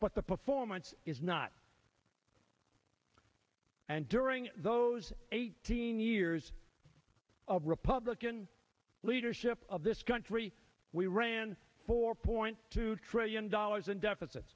but the performance is not and during those eighteen years of republican leadership of this country we ran four point two trillion dollars in deficit